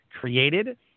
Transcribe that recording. created